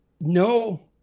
No